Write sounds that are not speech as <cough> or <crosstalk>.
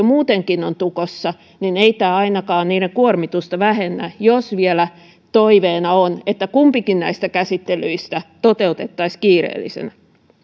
<unintelligible> muutenkin ovat tukossa ei tämä ainakaan niiden kuormitusta vähennä jos vielä toiveena on että kumpikin näistä käsittelyistä toteutettaisiin kiireellisenä